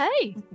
Hey